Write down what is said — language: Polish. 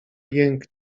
jęk